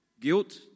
Guilt